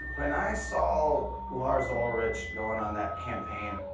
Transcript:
when i saw lars ulrich going on that campaign,